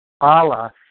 Allah